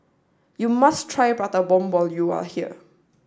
you must try Prata Bomb when you are here